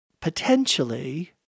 potentially